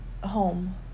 home